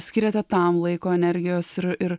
skiriate tam laiko energijos ir ir